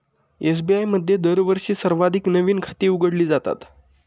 SBI मध्ये दरवर्षी सर्वाधिक नवीन खाती उघडली जातात